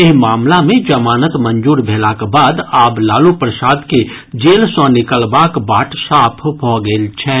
एहि मामिला मे जमानत मंजूर भेलाक बाद आब लालू प्रसाद के जेल सँ निकलबाक बाट साफ भऽ गेल छनि